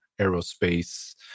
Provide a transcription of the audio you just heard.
aerospace